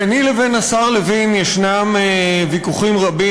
ביני לבין השר לוין יש ויכוחים רבים,